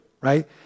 right